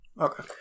okay